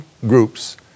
groups